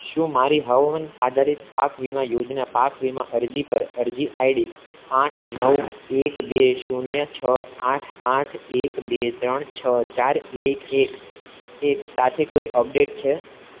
શું મારી હવામાન આધારિત પાક વીમા યોજના પાક વીમા અરજી પર અરજી આઈડી આઠ નવ એક બે શૂન્ય છ આઠ આઠ એક બે ત્રણ છ ચાર એક એક એક સાથે કોઈ અપડેટ છે